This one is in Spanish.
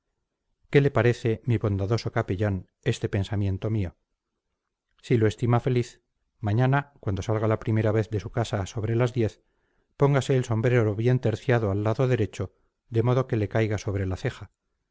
qué le parece mi bondadoso capellán este pensamiento mío si lo estima feliz mañana cuando salga la primera vez de su casa sobre las diez póngase el sombrero bien terciado al lado derecho de modo que le caiga sobre la ceja